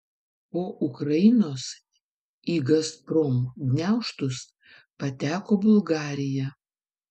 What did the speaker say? po ukrainos į gazprom gniaužtus pateko bulgarija